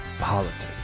Politics